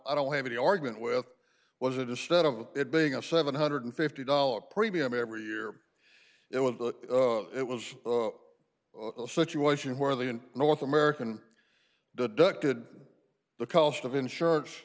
i don't have any argument with was it a step of it being a seven hundred and fifty dollars premium every year it was that it was a situation where the north american deducted the cost of insurance